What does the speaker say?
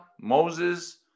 Moses